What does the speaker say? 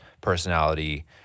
personality